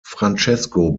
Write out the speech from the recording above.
francesco